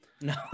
No